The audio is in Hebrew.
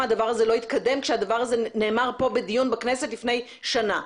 הדבר הזה לא התקדם כשהדבר הזה נאמר פה בדיון בכנסת לפני שנה.